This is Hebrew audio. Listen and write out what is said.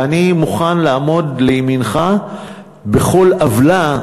ואני מוכן לעמוד לימינך בכל עוולה,